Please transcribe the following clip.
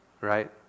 Right